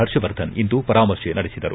ಪರ್ಷವರ್ಧನ್ ಇಂದು ಪರಾಮರ್ತೆ ನಡೆಸಿದರು